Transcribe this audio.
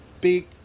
big